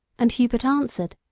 and hubert answered,